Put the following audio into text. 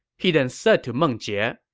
he then said to meng jie,